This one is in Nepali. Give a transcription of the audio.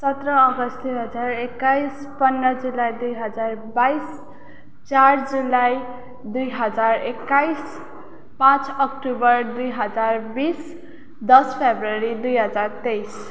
सत्र अगस्त दुई हजार एक्काइस पन्ध्र जुलाई दुई हजार बाइस चार जुलाई दुई हजार एक्काइस पाँच अक्टोबर दुई हजार बिस दस फरवरी दुई हजार तेइस